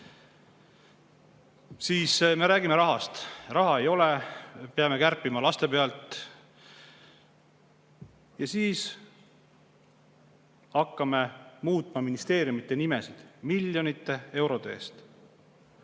Me räägime, et raha ei ole, peame kärpima laste pealt. Ja siis hakkame muutma ministeeriumide nimesid, miljonite eurode eest